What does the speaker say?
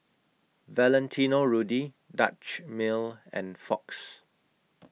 Valentino Rudy Dutch Mill and Fox